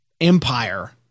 Empire